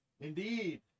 Indeed